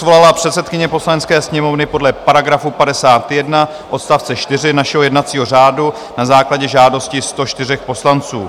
Schůzi svolala předsedkyně Poslanecké sněmovny podle § 51 odst. 4 našeho jednacího řádu na základě žádosti 104 poslanců.